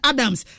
Adams